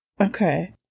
Okay